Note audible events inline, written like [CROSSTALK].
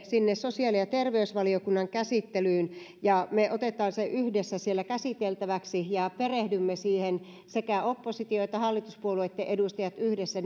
sosiaali ja terveysvaliokunnan käsittelyyn ja me otamme sen siellä käsiteltäväksi ja perehdymme siihen sekä opposition että hallituspuolueitten edustajat yhdessä [UNINTELLIGIBLE]